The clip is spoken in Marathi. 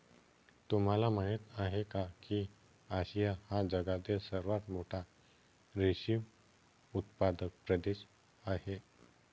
तुम्हाला माहिती आहे का की आशिया हा जगातील सर्वात मोठा रेशीम उत्पादक प्रदेश आहे